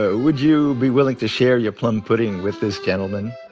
ah would you be willing to share your plum pudding with this gentleman?